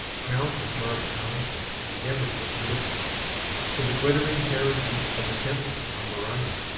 crowned with marble palaces, and never so beautiful for the glittering terraces of the temple on moriah,